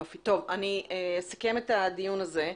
אני אסכם את הדיון הזה,